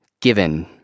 given